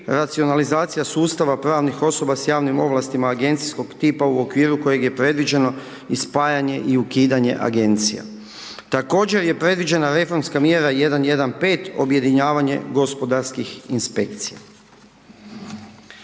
Racionalizacija sustava pravnih osoba s javnim ovlastima agencijskog tipa u okviru kojeg je predviđeno i spajanje i ukidanje agencija. Također je predviđena reformska mjera 115. Objedinjavanje gospodarskih inspekcija.